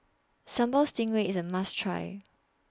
Sambal Stingray IS A must Try